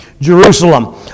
Jerusalem